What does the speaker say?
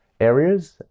areas